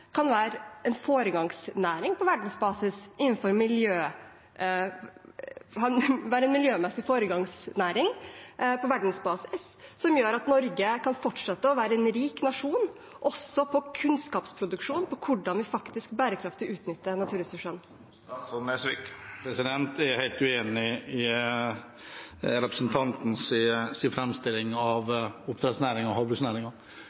kan være en miljømessig foregangsnæring på verdensbasis, som gjør at Norge kan fortsette å være en rik nasjon også på kunnskapsproduksjon, på hvordan vi faktisk bærekraftig utnytter naturressursene? Jeg er helt uenig i representanten Bastholms framstilling av oppdrettsnæringen og